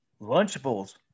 Lunchables